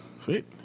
Sweet